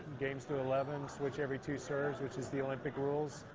games to eleven. swith every two serves which is the olympic rules.